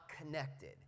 connected